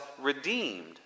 redeemed